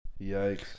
Yikes